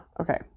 Okay